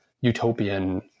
utopian